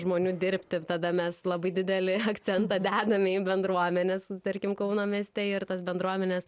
žmonių dirbti tada mes labai didelį akcentą dedam į bendruomenes tarkim kauno mieste ir tos bendruomenės